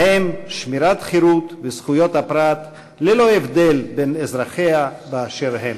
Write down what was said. ובהם שמירת החירות וזכויות הפרט ללא הבדל בין אזרחיה באשר הם.